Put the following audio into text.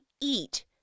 eat